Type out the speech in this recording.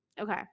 okay